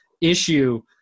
issue